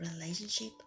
relationship